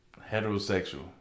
heterosexual